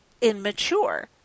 immature